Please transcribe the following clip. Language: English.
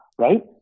right